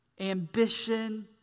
ambition